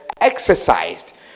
exercised